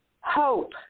Hope